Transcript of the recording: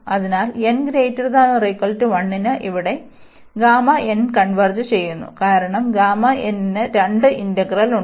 അതിനാൽ n≥1ന് ഇവിടെ Γ കൺവെർജ് ചെയ്യുന്നു കാരണംന് രണ്ട് ഇന്റഗ്രൽ ഉണ്ട്